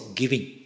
giving